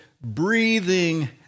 breathing